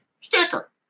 sticker